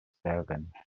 seven